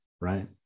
Right